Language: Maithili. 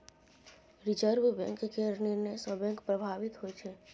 रिजर्व बैंक केर निर्णय सँ बैंक प्रभावित होइ छै